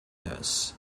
ness